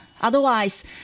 otherwise